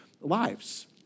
lives